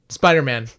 spider-man